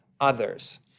Others